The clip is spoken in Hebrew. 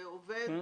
זה עובד